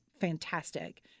fantastic